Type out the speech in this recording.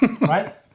right